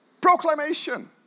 proclamation